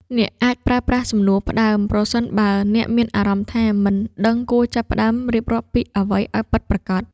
អ្នកអាចប្រើប្រាស់សំណួរផ្ដើម ប្រសិនបើអ្នកមានអារម្មណ៍ថា មិនដឹងគួរចាប់ផ្ដើមរៀបរាប់ពីអ្វីឱ្យពិតប្រាកដ។